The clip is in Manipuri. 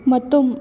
ꯃꯇꯨꯝ